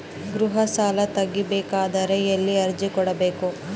ಗೃಹ ಸಾಲಾ ತಗಿ ಬೇಕಾದರ ಎಲ್ಲಿ ಅರ್ಜಿ ಕೊಡಬೇಕು?